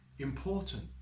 important